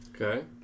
Okay